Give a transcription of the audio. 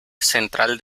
central